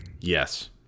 Yes